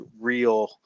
real